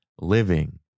living